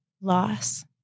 loss